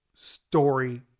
Story